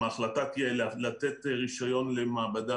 אם ההחלטה תהיה לתת רישיון למעבדה